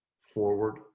Forward